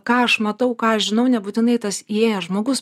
ką aš matau ką aš žinau nebūtinai tas įėjęs žmogus